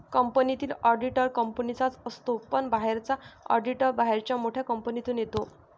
कंपनीतील ऑडिटर कंपनीचाच असतो पण बाहेरचा ऑडिटर बाहेरच्या मोठ्या कंपनीतून येतो